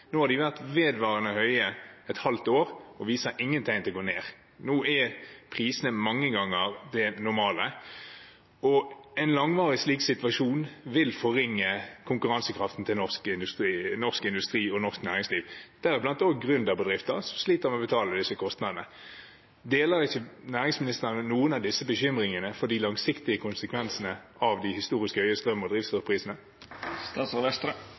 ingen tegn til å gå ned. Nå er prisene mange ganger det normale. En langvarig slik situasjon vil forringe konkurransekraften til norsk industri og norsk næringsliv, deriblant også gründerbedrifter, som sliter med å betale disse kostnadene. Deler ikke næringsministeren noen av disse bekymringene for de langsiktige konsekvensene av de historisk høye strøm- og